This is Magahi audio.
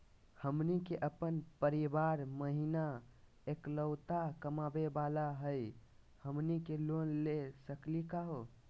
हमनी के अपन परीवार महिना एकलौता कमावे वाला हई, हमनी के लोन ले सकली का हो?